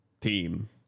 team